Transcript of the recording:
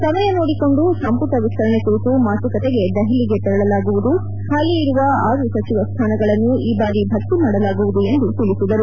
ಸಮಯ ನೋಡಿಕೊಂಡು ಸಂಪುಟ ವಿಸ್ತರಣೆ ಕುರಿತು ಮಾತುಕತೆಗೆ ದೆಹಲಿಗೆ ತೆರಳಲಾಗುವುದು ಖಾಲಿ ಇರುವ ಆರು ಸಚಿವ ಸ್ವಾನಗಳನ್ನು ಈ ಭಾರಿ ಭರ್ತಿ ಮಾಡಲಾಗುವುದು ಎಂದು ತಿಳಿಸಿದರು